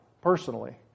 personally